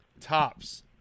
tops